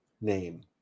name